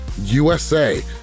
USA